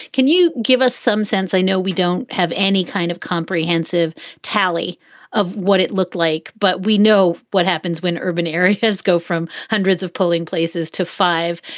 can you give us some sense i know we don't have any kind of comprehensive tally of what it looked like, but we know what happens when urban areas go from hundreds of polling places to five.